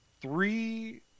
three